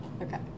Okay